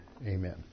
Amen